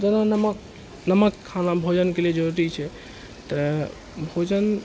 जेना नमक नमक खाना भोजनके लिए जरूरी छै तऽ भोजन